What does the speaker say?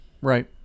Right